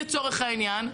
לצורך העניין,